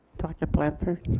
director blanford.